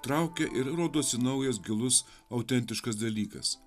traukia ir rodosi naujas gilus autentiškas dalykas